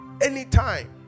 Anytime